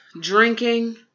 drinking